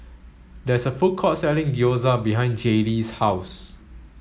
there is a food court selling Gyoza behind Jaylee's house